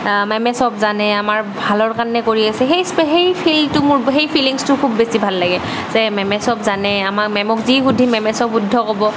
মেমে চব জানেই আমাৰ ভালৰ কাৰণে কৰি আছে সেই সেই ফিলটো মোৰ সেই ফিলিঙচটো খুব বেছি ভাল লাগে যে মেমে চব জানে আমাৰ মেমক যি শুধিম মেমে চব শুদ্ধ ক'ব